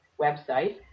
website